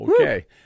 Okay